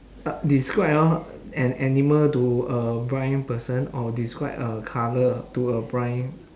describe hor an animal to a blind person or describe a colour to a blind